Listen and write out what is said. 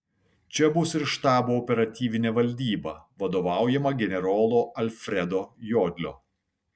čia bus ir štabo operatyvinė valdyba vadovaujama generolo alfredo jodlio